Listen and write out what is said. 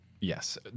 Yes